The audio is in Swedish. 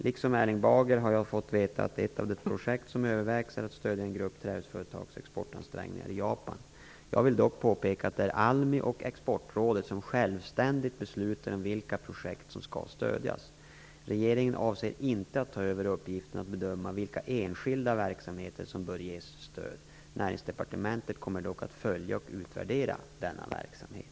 Liksom Erling Bager har jag fått veta att ett av de projekt som övervägs är att stödja en grupp trähusföretags exportansträngningar i Japan. Jag vill dock påpeka att det är ALMI och Exportrådet som självständigt beslutar om vilka projekt som skall stödjas. Regeringen avser inte att ta över uppgiften att bedöma vilka enskilda verksamheter som bör ges stöd. Näringsdepartementet kommer dock att följa och utvärdera denna verksamhet.